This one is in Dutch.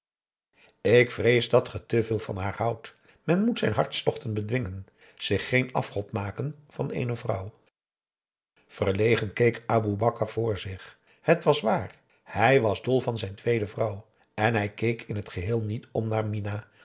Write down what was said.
ik vrees dat ge te veel van haar houdt men moet zijn hartstochten bedwingen zich geen afgod maken van eene vrouw verlegen keek aboe bakar voor zich het was waar hij was dol van zijn tweede vrouw en hij keek in t geheel niet om naar minah